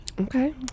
Okay